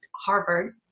Harvard